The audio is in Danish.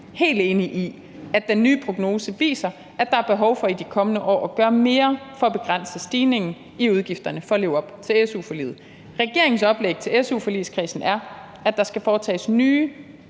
helt enig i, at den nye prognose viser, at der er behov for i de kommende år at gøre mere for at begrænse stigningen i udgifterne for at leve op til su-forliget. Regeringens oplæg til su-forligskredsen er, at der skal foretages nye,